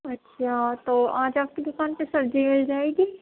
اچھا تو آج آپ کی دُکان پہ سبزی مِل جائے گی